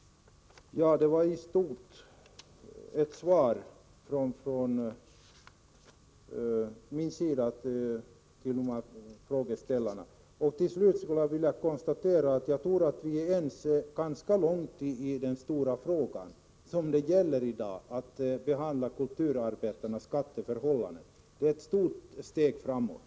Detta är i stort mitt svar till frågeställarna. Till slut vill jag säga att jag tror att vi är ense ganska långt i den stora fråga som det gäller i dag — kulturarbetarnas skatteförhållanden. Det är ett stort steg framåt.